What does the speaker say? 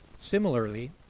Similarly